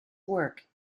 work